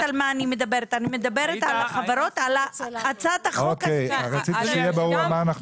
רציתי שיהיה ברור על מה אנחנו מדברים.